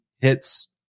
hits